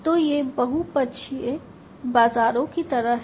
तो ये बहु पक्षीय बाजारों की तरह हैं